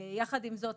יחד עם זאת,